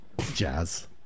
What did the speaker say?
Jazz